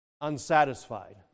unsatisfied